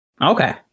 Okay